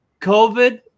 COVID